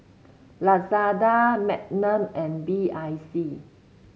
Lazada Magnum and B I C